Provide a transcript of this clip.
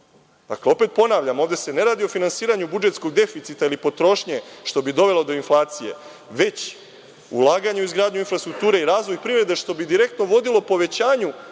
Opet ponavljam, ovde se ne radi o finansiranju budžetskog deficita ili potrošnje, što bi dovelo do inflacije, već ulaganja u izgradnju infrastrukture i razvoj privrede što bi direktno vodilo povećanju